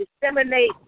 disseminate